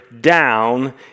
down